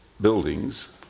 buildings